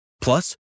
Plus